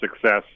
success